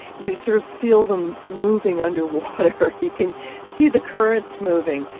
you sort of feel them moving underwater. you can see the currents moving,